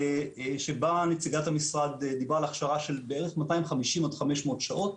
בה נציגת המשרד דיברה על הכשרה של בערך 250 עד 500 שעות,